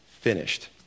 finished